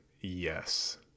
yes